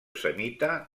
semita